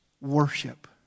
Worship